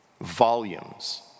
Volumes